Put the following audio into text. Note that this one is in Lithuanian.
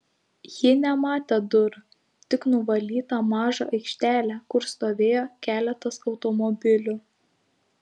ji nematė durų tik nuvalytą mažą aikštelę kur stovėjo keletas automobilių